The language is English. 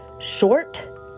short